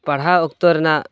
ᱯᱟᱲᱦᱟᱣ ᱚᱠᱛᱚ ᱨᱮᱱᱟᱜ